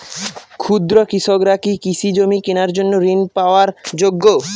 ক্ষুদ্র কৃষকরা কি কৃষি জমি কেনার জন্য ঋণ পাওয়ার যোগ্য?